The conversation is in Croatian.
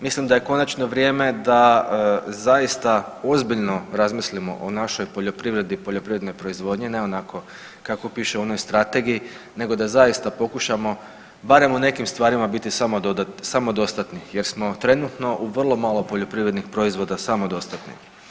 Mislim da je konačno vrijeme da zaista ozbiljno razmislimo o našoj poljoprivredi, poljoprivrednoj proizvodnji ne onako kako piše u onoj strategiji nego da zaista pokušamo barem u nekim stvarima biti samodostatni jer smo trenutno u vrlo malo poljoprivrednih proizvoda samodostatni.